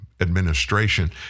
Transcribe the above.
administration